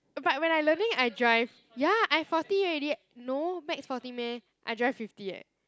but when I learning I drive ya I forty already no max forty meh I drive fifty eh